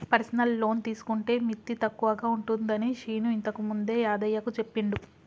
personal loan తీసుకుంటే మిత్తి తక్కువగా ఉంటుందని శీను ఇంతకుముందే యాదయ్యకు చెప్పిండు